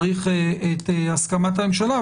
צריך את הסכמת הממשלה,